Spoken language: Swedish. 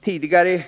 Tidigare